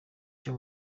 cyo